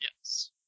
Yes